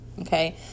Okay